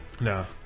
No